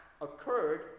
occurred